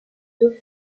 deux